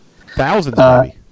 Thousands